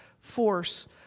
force